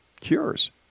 cures